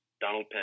Donald